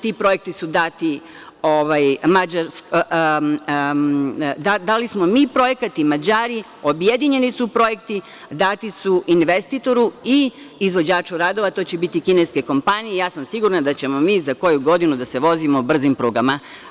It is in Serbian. Ti projekti su dati, dali smo mi projekat i Mađari, objedinjeni su projekti, dati su investitoru i izvođaču radova, a to će biti kineske kompanije i ja sam sigurna da ćemo mi za koju godinu da se vozimo brzim prugama.